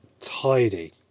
tidy